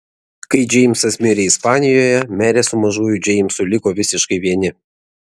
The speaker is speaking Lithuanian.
kai džeimsas mirė ispanijoje merė su mažuoju džeimsu liko visiškai vieni